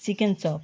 chicken chop